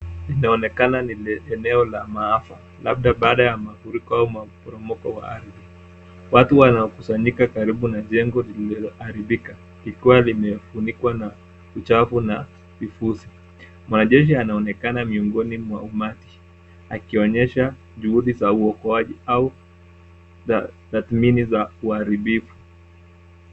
Linaonekana ni eneo la maafa, labda baada ya mafuriko au maporomoko wa ardhi. Watu wanakusanyika karibu na jengo lililoharibika; likiwa limefunikwa na uchafu na vifusi. Mwanajeshi anaonekana miongoni mwa umati akionyesha juhudi za uokoaji au za tathmini za uharibifu.